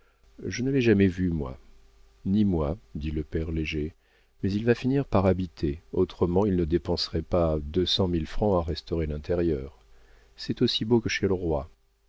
je ne l'ai jamais vu moi ni moi dit le père léger mais il va finir par habiter autrement il ne dépenserait pas deux cent mille francs à restaurer l'intérieur c'est aussi beau que chez le roi